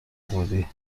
بودی